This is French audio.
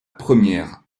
première